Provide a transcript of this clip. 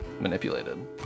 manipulated